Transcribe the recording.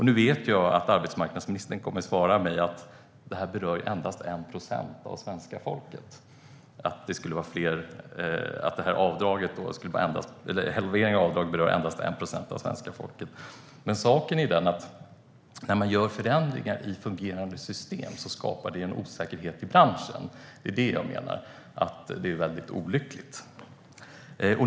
Nu vet jag att arbetsmarknadsministern kommer att svara mig att halveringen av avdraget endast berör 1 procent av svenska folket. Men saken är den att när man gör förändringar i fungerande system skapar det en osäkerhet i branschen. Jag menar att det är väldigt olyckligt.